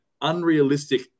unrealistic